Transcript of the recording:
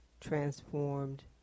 transformed